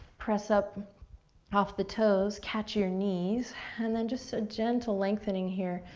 press up off the toes, catch your knees, and then just a gentle lengthening here,